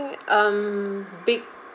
um big